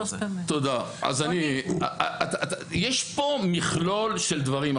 יש פה מכלול של דברים.